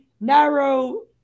narrow